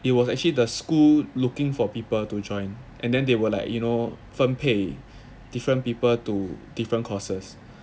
it was actually the school looking for people to join and then they were like you know 分配 different people to different courses